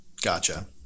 Gotcha